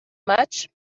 much